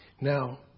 Now